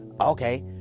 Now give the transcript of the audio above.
Okay